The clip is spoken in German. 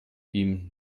ihm